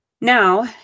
Now